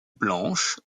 blanche